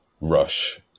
rush